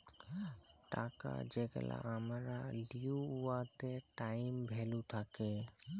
টাকা যেগলা আমরা লিই উয়াতে টাইম ভ্যালু থ্যাকে